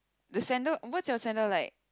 the sandal what's your sandal like